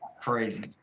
crazy